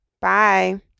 Bye